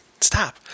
Stop